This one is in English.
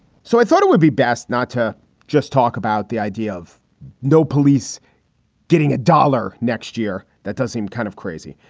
so i thought it would be best not to just talk about the idea of no police getting a dollar next year. that does seem kind of crazy,